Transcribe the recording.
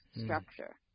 structure